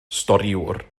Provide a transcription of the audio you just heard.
storïwr